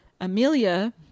amelia